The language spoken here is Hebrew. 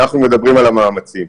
אנחנו מדברים על המאמצים.